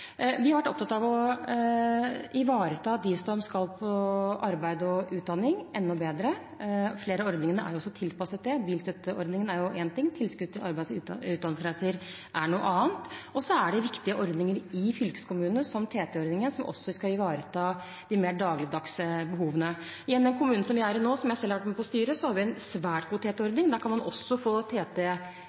Vi har vært opptatt av å ivareta dem som skal på arbeid og utdanning, enda bedre. Flere av ordningene er tilpasset det. Bilstøtteordningen er en ting. Tilskudd til arbeids- og utdanningsreiser er noe annet. Så er det viktige ordninger i fylkeskommunene, f.eks. TT-ordningen, som skal ivareta de mer dagligdagse behovene. I den kommunen som vi er i nå, som jeg selv har vært med på å styre, har vi en svært god TT-ordning. Der kan man få